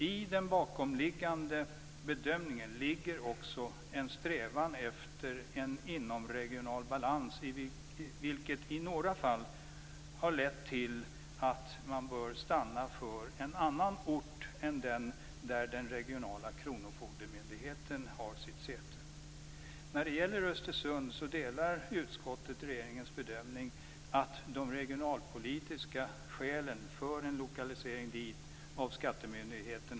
I den bakomliggande bedömningen ligger också en strävan efter en inomregional balans, vilket i några fall har lett till att man bör välja en annan ort än den där den regionala kronofogdemyndigheten har sitt säte. När det gäller Östersund delar utskottet regeringens bedömning att de regionalpolitiska skälen är avgörande för en lokalisering dit av en skattemyndighet.